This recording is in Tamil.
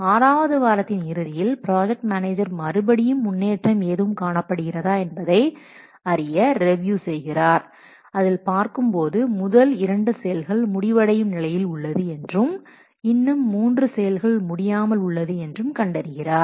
ஆறாவது வாரத்தின் இறுதியில் ப்ராஜெக்ட் மேனேஜர் மறுபடியும் முன்னேற்றம் எதுவும் காணப்படுகிறதா என்பதை அறிய ரேவியூ செய்கிறார் அதில் பார்க்கும்போது முதல் இரண்டு செயல்கள் முடிவடையும் நிலையில் உள்ளது என்றும் இன்னும் மூன்று செயல்கள் முடியாமல் உள்ளது என்றும் கண்டறிகிறார்